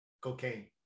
cocaine